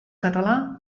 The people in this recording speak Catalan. català